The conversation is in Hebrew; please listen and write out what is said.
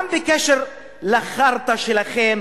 גם בקשר לחארטה שלכם,